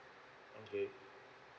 okay